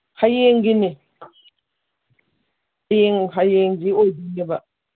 ꯍꯌꯦꯡꯒꯤꯅꯤ ꯍꯌꯦꯡ ꯍꯌꯦꯡꯁꯤ ꯑꯣꯏꯗꯣꯏꯅꯤꯕ